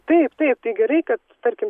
taip taip tai gerai kad tarkim